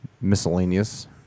miscellaneous